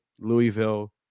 Louisville